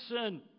Listen